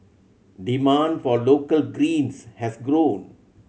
demand for local greens has grown